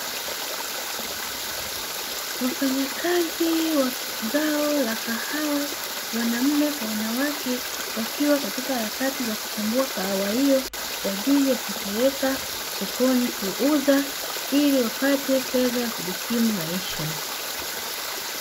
Wafanyakazi wa zao la kahawa wanaume kwa wanawake wakiwa katika harakati za kuichambua kahawa hiyo, kwaajili ya kuipeleka sokoni kuuza ili wapate fedha ya kujikimu maisha.